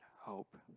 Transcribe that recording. hope